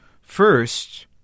First